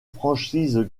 franchise